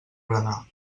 berenar